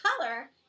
color